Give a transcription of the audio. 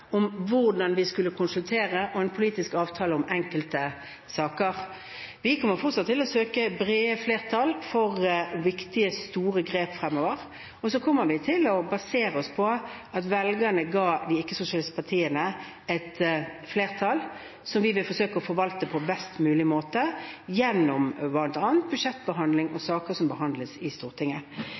om hvordan vi skulle konsultere, og en politisk avtale om enkelte saker. Vi kommer fortsatt til å søke brede flertall for viktige, store grep fremover, og så kommer vi til å basere oss på at velgerne ga de ikke-sosialistiske partiene et flertall, som vi vil forsøke å forvalte på best mulig måte gjennom bl.a. budsjettbehandling og saker som behandles i Stortinget.